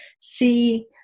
see